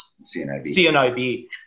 CNIB